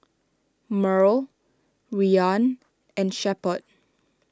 Murl Rian and Shepherd